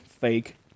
fake